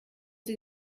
sie